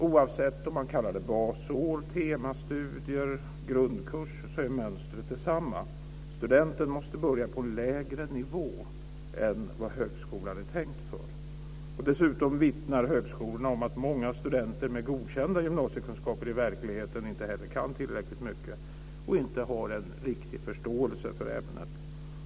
Oavsett om man kallar det basår, temastudier eller grundkurs så är mönstret detsamma. Studenten måste börja på en lägre nivå än vad högskolan är tänkt för. Dessutom vittnar högskolorna om att många studenter med godkända gymnasiekunskaper i verkligheten inte kan tillräckligt mycket och inte heller har en riktig förståelse för ämnet.